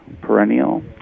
perennial